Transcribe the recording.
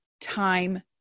time